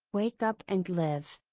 wake up and live!